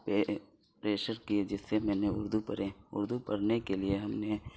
pressure کی جس سے میں نے اردو پڑھے اردو پڑھنے کے لیے ہم نے